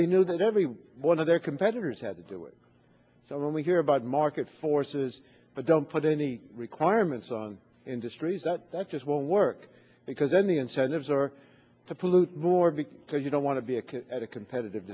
they knew that every one of their competitors had to do it so when we hear about market forces but don't put any requirements on industries that that just won't work because then the incentives are to pollute more because you don't want to be it at a competitive